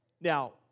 Now